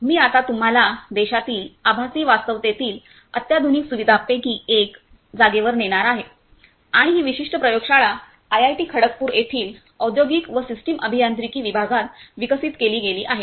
मी आता तुम्हाला देशातील आभासी वास्तवतेतील अत्याधुनिक सुविधांपैकी एका जागेवर नेणार आहे आणि ही विशिष्ट प्रयोगशाळा आयआयटी खडगपूर येथील औद्योगिक व सिस्टम अभियांत्रिकी विभागात विकसित केली गेली आहे